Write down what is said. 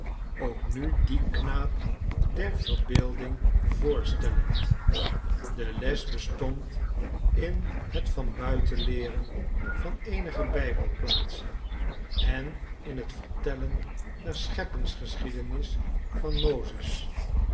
ook nu dien knaap der verbeelding voorstellend de les bestond in het vanbuitenleeren van eenige bijbelplaatsen en in het vertellen der scheppingsgeschiedenis van mozes